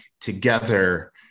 together